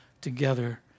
together